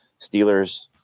Steelers